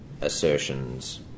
assertions